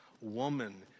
woman